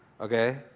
okay